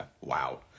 wow